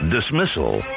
Dismissal